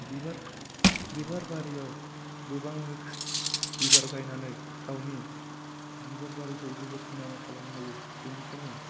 बिबार बारियाव गोबां रोखोम बिबार गायनानै गावनि बिबार बारिखौ जोबोर समायना खालामनो हायो बेनिखायनो